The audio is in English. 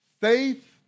Faith